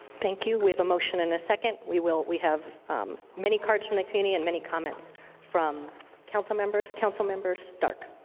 thank you. we have a motion and a second. we will we have many cards from the community and many comments from councilmembers. councilmember stark?